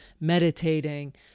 meditating